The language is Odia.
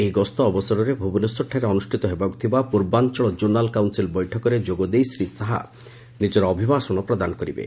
ଏହି ଗସ୍ତ ଅବସରରେ ଭୁବନେଶ୍ୱରଠାରେ ଅନୁଷ୍ଠିତ ହେବାକୃଥିବା ପ୍ରର୍ବାଞ୍ଚଳ କୋନାଲ୍ କାଉନ୍ସିଲ୍ ବୈଠକରେ ଯୋଗଦେଇ ଶ୍ରୀ ଶାହା ନିଜର ଅଭିଭାଷଣ ପ୍ରଦାନ କରିବେ